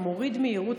אתה מוריד מהירות,